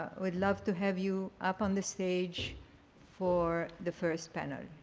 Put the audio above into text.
we'd love to have you up on the stage for the first panel.